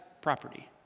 property